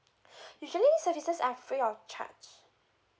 usually services are free of charge